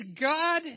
God